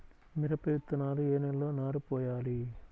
మిరప విత్తనాలు ఏ నెలలో నారు పోయాలి?